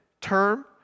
term